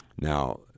Now